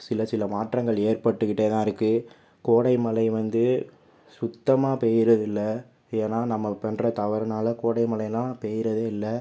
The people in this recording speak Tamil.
சில சில மாற்றங்கள் ஏற்பட்டுகிட்டே தான் இருக்கு கோடை மழை வந்து சுத்தமாக பெய்கிறதில்லே ஏன்னா நம்ப பண்ணுற தவறுனால் கோடை மழைலாம் பெய்கிறதேல்ல